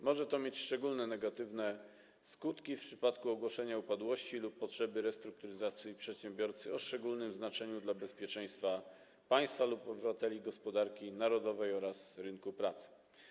Może to mieć szczególnie negatywne skutki w przypadku ogłoszenia upadłości lub potrzeby restrukturyzacji przedsiębiorcy o szczególnym znaczeniu dla bezpieczeństwa państwa lub obywateli, gospodarki narodowej oraz rynku pracy.